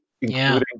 including